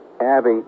Abby